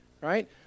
right